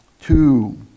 two